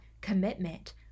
commitment